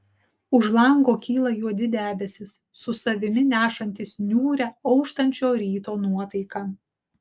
už lango kyla juodi debesys su savimi nešantys niūrią auštančio ryto nuotaiką